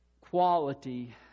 quality